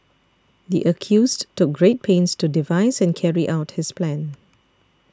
the accused took great pains to devise and carry out his plan